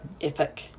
epic